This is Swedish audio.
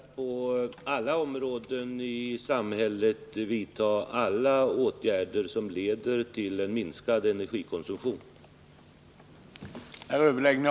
Herr talman! Det är viktigt att på alla områden i samhället vidta alla åtgärder som leder till minskad energikonsumtion.